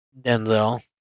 Denzel